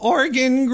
Oregon